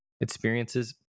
experiences